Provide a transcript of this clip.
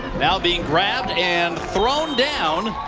now being grabbed and thrown down.